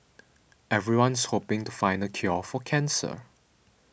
everyone's hoping to find the cure for cancer